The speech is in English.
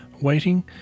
waiting